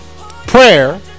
Prayer